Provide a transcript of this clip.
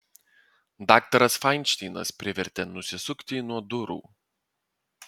daktaras fainšteinas prisivertė nusisukti nuo durų